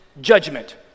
judgment